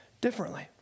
differently